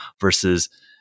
versus